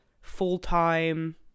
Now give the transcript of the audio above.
full-time